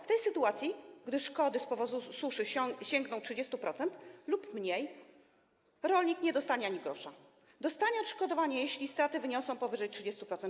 W tej sytuacji gdy szkody z powodu suszy sięgną 30% lub będą mniejsze, rolnik nie dostanie ani grosza, dostanie odszkodowanie, jeśli straty wyniosą powyżej 30%.